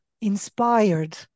inspired